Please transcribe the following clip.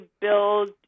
build